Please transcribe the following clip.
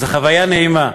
שזו חוויה נעימה.